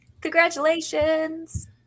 Congratulations